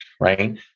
right